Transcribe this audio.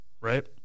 right